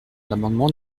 l’amendement